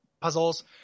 puzzles